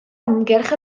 amgylch